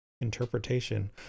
interpretation